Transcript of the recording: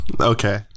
Okay